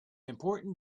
important